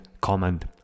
comment